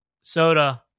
soda